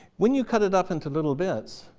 when you cut it up into little bits,